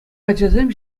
ачасем